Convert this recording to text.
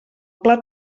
pla